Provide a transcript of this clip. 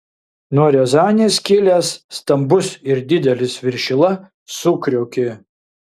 nuo riazanės kilęs stambus ir didelis viršila sukriokė